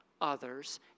others